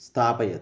स्थापयतु